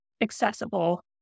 accessible